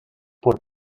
por